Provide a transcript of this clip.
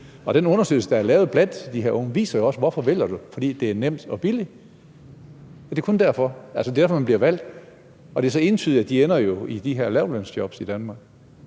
Og den undersøgelse, der er lavet blandt de her unge, viser jo også, hvorfor de vælger det, og det er, fordi det er nemt og billigt. Det er kun derfor, altså det er derfor, man bliver valgt, og det er så entydigt, at de jo ender i de her lavtlønsjobs i Danmark